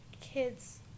kids